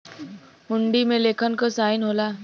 हुंडी में लेखक क साइन होला